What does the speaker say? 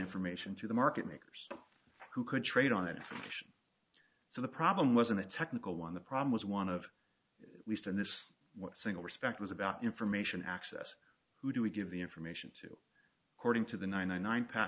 information to the market makers who could trade on that information so the problem wasn't a technical one the problem was one of least in this single respect was about information access who do we give the information to courting to the ninety nine pat